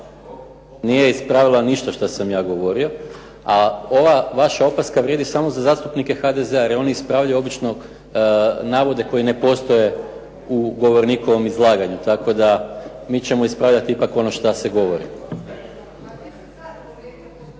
Nije ispravila ništa šta sam ja govorio, a ova vaša opaska vrijedi samo za zastupnike HDZ-a jer oni ispravljaju obično navode koji ne postoje u govornikovom izlaganju, tako da mi ćemo ispravljati ipak ono šta se govori.